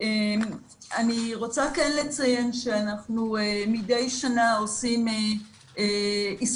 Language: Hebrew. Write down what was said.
אני רוצה כן לציין שאנחנו מדי שנה עושים איסוף